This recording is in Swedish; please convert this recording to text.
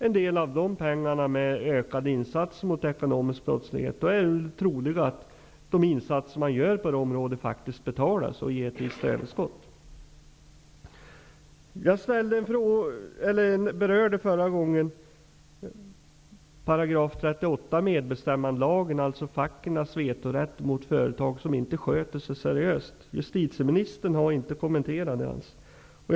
Skulle man med ökade insatser mot ekonomisk brottslighet kunna få in pengar till statskassan är det troligt att insatserna som görs på det här området faktiskt betalar sig -- kanske ger ett visst överskott. Jag berörde tidigare § 38 medbestämmandelagen som handlar om fackens vetorätt mot företag som inte seriöst sköter sig. Justitieministern har inte ens kommenterat det.